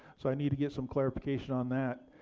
so i need to get some clarification on that.